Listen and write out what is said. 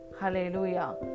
Hallelujah